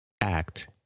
act